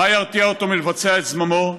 מה ירתיע אותו מלבצע את זממו?